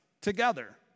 together